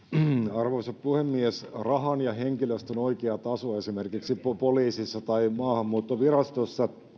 arvoisa puhemies rahan ja henkilöstön oikea taso esimerkiksi poliisissa tai maahanmuuttovirastossa